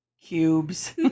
Cubes